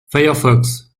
firefox